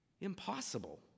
impossible